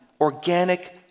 organic